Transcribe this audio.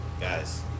guys